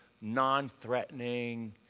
non-threatening